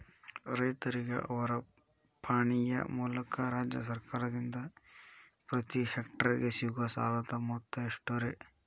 ರೈತರಿಗೆ ಅವರ ಪಾಣಿಯ ಮೂಲಕ ರಾಜ್ಯ ಸರ್ಕಾರದಿಂದ ಪ್ರತಿ ಹೆಕ್ಟರ್ ಗೆ ಸಿಗುವ ಸಾಲದ ಮೊತ್ತ ಎಷ್ಟು ರೇ?